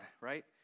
right